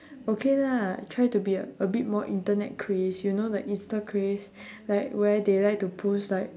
okay lah I try to be a bit more internet craze you know the insta craze like where they like to post like